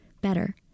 better